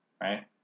right